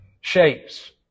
shapes